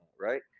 right